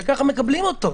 וככה מקבלים אותו.